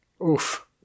Oof